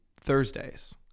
Thursdays